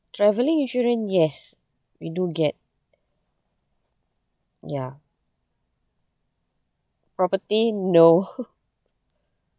travelling insurance yes we do get ya property no